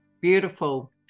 Beautiful